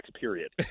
period